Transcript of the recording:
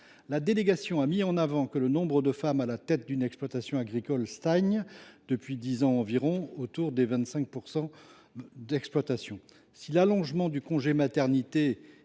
La délégation a mis en avant que le nombre de femmes à la tête d’une exploitation agricole stagnait, depuis dix ans environ, autour de 25 % des exploitations. Si l’allongement du congé maternité et